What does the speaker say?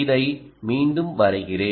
இதை மீண்டும் வரைகிறேன்